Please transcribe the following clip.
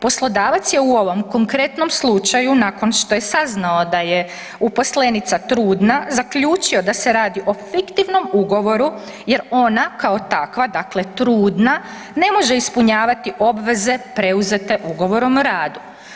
Poslodavac je u ovom, konkretnom slučaju nakon što je saznao da je uposlenica trudna, zaključio da se radi o fiktivnom ugovoru jer ona kao takva, dakle trudna ne može ispunjavati obveze preuzete ugovorom o radu.